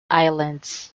islands